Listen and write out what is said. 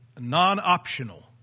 non-optional